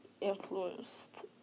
influenced